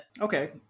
Okay